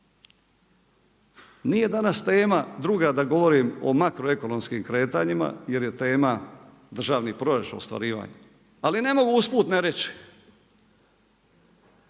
Nije danas tema druga da govorim o makroekonomskim kretanjima jer je tema državni proračun, ostvarivanje, ali ne mogu usput ne reći